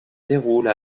déroule